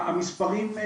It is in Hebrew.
המספרים,